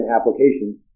applications